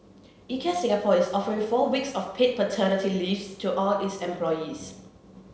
Ikea Singapore is offering four weeks of paid paternity leave to all its employees